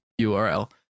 URL